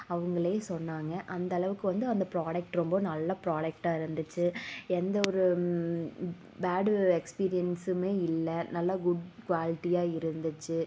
அவங்களே சொன்னாங்க அந்தளவுக்கு வந்து அந்த ப்ராடக்ட் ரொம்ப நல்ல ப்ராடக்டாக இருந்துச்சு எந்தவொரு பேடு எக்ஸ்பீரியன்ஸுமே இல்லை நல்ல குட் குவாலிட்டியாக இருந்துச்சு